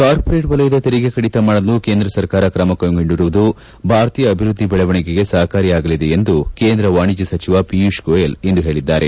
corporate ವಲಯದ ತೆರಿಗೆ ಕಡಿತ ಮಾಡಲು ಕೇಂದ್ರ ಸರ್ಕಾರ ತ್ರಮಕ್ಕೆಗೊಂಡಿರುವುದು ಭಾರತೀಯ ಅಭಿವೃದ್ಧಿ ಬೆಳವಣಿಗೆ ಸಪಕಾರಿಯಾಗಲಿದೆ ಎಂದು ಕೇಂದ್ರ ವಾಣಿಜ್ಯ ಸಚಿವ ಪಿಯೂಷ್ ಗೋಯಲ್ ಇಂದು ಹೇಳಿದ್ದಾರೆ